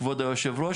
כבוד היושב-ראש,